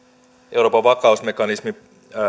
euroopan vakausmekanismin